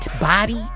body